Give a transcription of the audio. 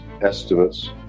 estimates